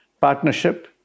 partnership